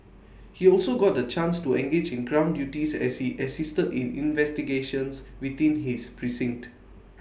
he also got the chance to engage in ground duties as he assisted in investigations within his precinct